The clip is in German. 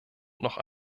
noch